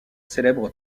célèbre